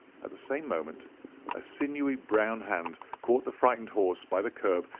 at the same moment a sinewy brown hand caught the frightened horse by the curb,